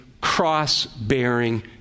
cross-bearing